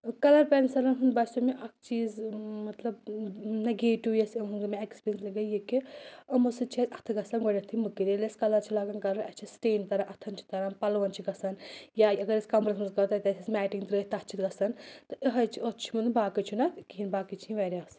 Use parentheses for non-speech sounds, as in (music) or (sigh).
colour پٮ۪نسَلَن ہُنٛد باسیو مےٚ اَکھ چیٖز مطلب نَگیٹِو یۄس (unintelligible) اٮ۪کٕسپیٖریَنٕس لگٲو یہِ کہِ یِمو سۭتۍ چھِ اَسہِ اَتھٕ گژھان گۄڈٮ۪تھٕے مٔکٕرۍ ییٚلہِ أسۍ کَلَر چھِ لاگان کَرُن اَسہِ چھِ سٕٹین تَران اَتھَن چھِ تَران پَلوَن چھِ گژھان یا اگر أسۍ کَمرَس منٛز گوٚو تَتہِ آسہِ اَسہِ میٹِنٛگ ترٛٲیِتھ تَتھ چھِ گژھان تہٕ یِہوٚے چھِ اَتھ چھُ یِوان باقٕے چھُنہٕ اَتھ کِہیٖنۍ باقٕے چھِ یہِ واریاہ اَصہٕ